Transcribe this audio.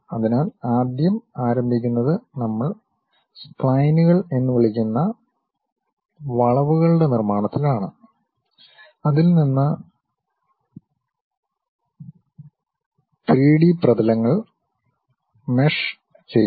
അതിനാൽ ആദ്യം ആരംഭിക്കുന്നത് നമ്മൾ സ്പ്ലൈനുകൾ എന്ന് വിളിക്കുന്ന വളവുകളുടെ നിർമ്മാണത്തിലാണ് അതിൽ നിന്ന് 3 ഡി പ്രതലങ്ങൾ മെഷ് ചെയ്യുന്നു